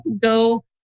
go